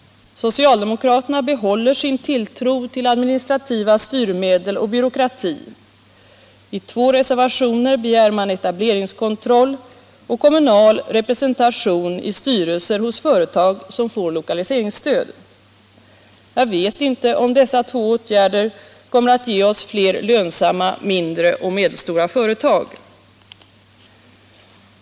Socialdemokraterna behåller sin tilltro till administrativa styrmedel och byråkrati. I två reservationer begär man etableringskontroll och kommunal representation i styrelser hos företag som får lokaliseringsstöd. Jag vet inte om dessa två åtgärder skulle ge oss flera lönsamma mindre och medelstora företag.